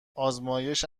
آزمایش